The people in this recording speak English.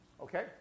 Okay